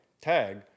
tag